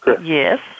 Yes